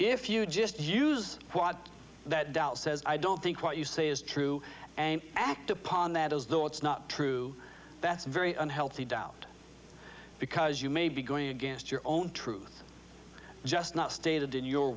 if you just use what that doubt says i don't think what you say is true and act upon that as though it's not true that's very unhealthy doubt because you may be going against your own truth just not stated in your